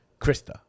Krista